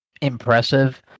impressive